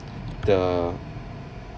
the